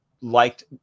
liked